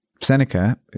Seneca